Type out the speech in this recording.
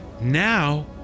now